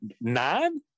nine